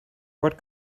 what